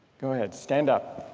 go ahead, stand up.